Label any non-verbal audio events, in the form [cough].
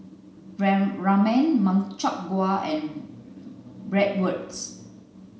[unintelligible] Ramen Makchang gui and [unintelligible] Bratwurst